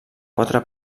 quatre